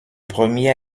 premier